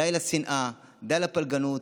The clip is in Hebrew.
די לשנאה, די לפלגנות.